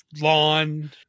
lawn